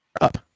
up